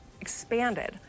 expanded